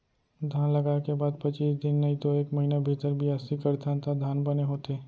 धान लगाय के बाद पचीस दिन नइतो एक महिना भीतर बियासी करथन त धान बने होथे